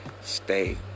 Stay